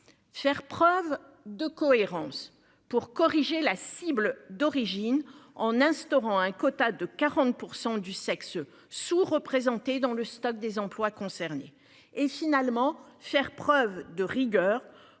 Faire preuve de cohérence pour corriger la cible d'origine en instaurant un quota de 40% du sexe sous-représenté dans le stade des employes concernés et finalement faire preuve de rigueur